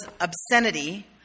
obscenity